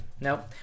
nope